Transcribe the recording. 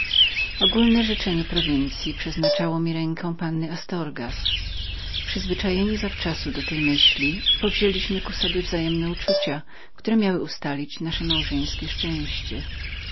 ogólne życzenie prowincyi przeznaczało mi rękę panny astorgas przyzwyczajeni zawczasu do tej myśli powzieliśmy ku sobie wzajemne uczucia które miały ustalić nasze małżeńskie szczęście